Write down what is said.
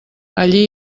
allí